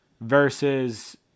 versus